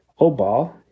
Obal